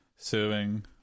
suing